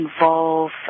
involve